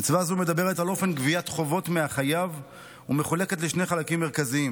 מצווה זו מדברת על אופן גביית חובות מהחייב ומחולקת לשני חלקים מרכזיים.